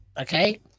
okay